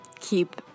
keep